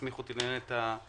הסמיך אותי לנהל את הדיון.